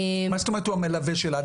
מה זאת אומרת הוא המלווה שלה?